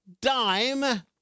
dime